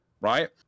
right